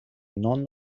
non